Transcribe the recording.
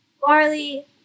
Barley